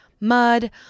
mud